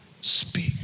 Speak